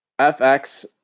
FX